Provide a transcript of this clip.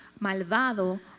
malvado